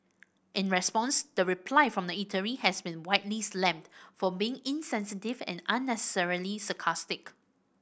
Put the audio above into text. in response the reply from the eatery has been widely slammed for being insensitive and unnecessarily sarcastic